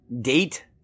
Date